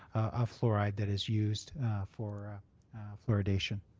of fluoride that is used for fluoridation.